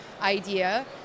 idea